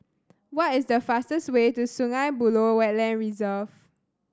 what is the fastest way to Sungei Buloh Wetland Reserve